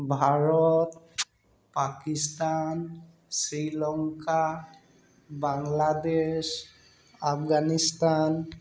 Bharat Pakistan Sri Lanka Bangladesh Afghanistan